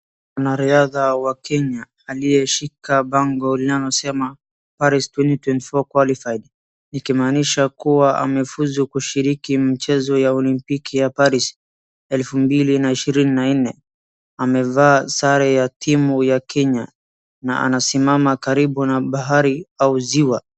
Mwanariadha wa Kenya aliyeshika bango linalosema Paris 2024 qualified likimanisha kuwa amefunzu kushiriki michezo ya olympiki ya Paris elfu mbili na ishirini na nne. Amevaa sare ya timu ya Kenya na anasimama karibu na bahari au ziwa.